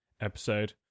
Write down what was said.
episode